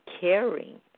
caring